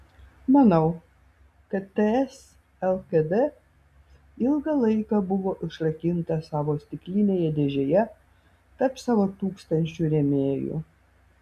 manau kad ts lkd ilgą laiką buvo užrakinta savo stiklinėje dėžėje tarp savo tūkstančių rėmėjų